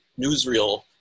newsreel